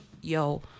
yo